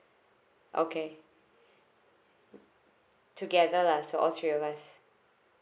okay together lah so all three of us